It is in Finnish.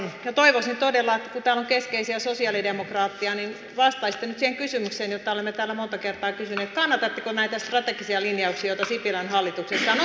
minä toivoisin todella kun täällä on keskeisiä sosialidemokraatteja että vastaisitte nyt siihen kysymykseen jonka olemme täällä monta kertaa kysyneet kannatatteko näitä strategisia linjauksia joita sipilän hallituksessa on